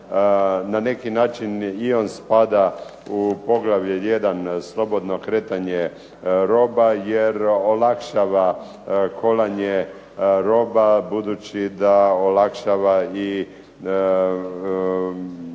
Na neki način i on spada u poglavlje 1.-Slobodno kretanje roba jer olakšava kolanje roba budući da olakšava i mehanizam